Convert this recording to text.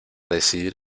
decidir